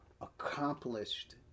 accomplished